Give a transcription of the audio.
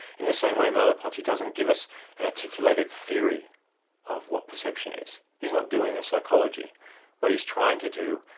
in the same way merleau-ponty doesn't give us an articulated theory of what perception is. he's not doing a psychology what he's trying to do,